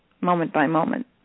moment-by-moment